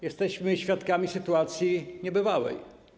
Jesteśmy świadkami sytuacji niebywałej.